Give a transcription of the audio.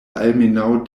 almenaŭ